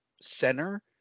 center